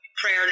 Prayer